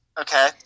Okay